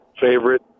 favorite